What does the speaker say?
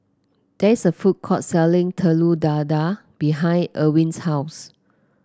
there is a food court selling Telur Dadah behind Irwin's house